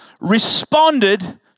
responded